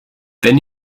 wenn